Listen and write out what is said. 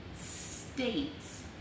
states